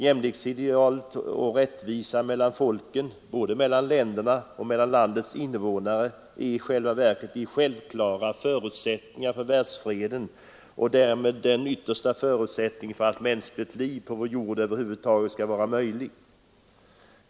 Jämlikhetsidealet och rättvisa mellan folken, både mellan länderna och mellan landets invånare, är i själva verket förutsättningarna för världsfreden och därmed också den yttersta förutsättningen för att mänskligt liv på vår jord över huvud taget skall vara möjligt.